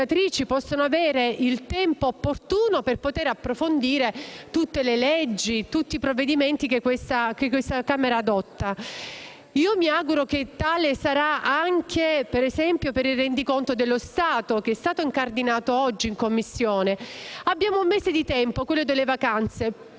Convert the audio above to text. possano avere il tempo opportuno per approfondire tutte le leggi e tutti i provvedimenti che questa Camera adotta. Io mi auguro che così sarà anche, per esempio, per il rendiconto dello Stato, che è stato incardinato oggi in Commissione. Abbiamo un mese di tempo, quello delle vacanze.